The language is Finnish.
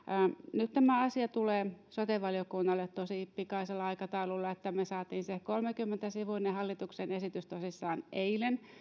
nyt tämä asia tulee sote valiokunnalle tosi pikaisella aikataululla niin että me saimme sen kolmekymmentä sivuisen hallituksen esityksen tosissaan eilen